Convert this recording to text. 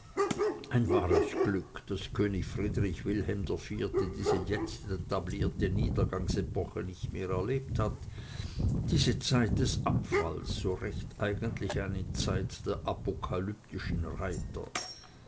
ein wahres glück daß könig friedrich wilhelm iv diese jetzt etablierte niedergangsepoche nicht mehr erlebt hat diese zeit des abfalls so recht eigentlich eine zeit der apokalyptischen reiter